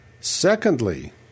Secondly